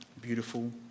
beautiful